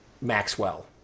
Maxwell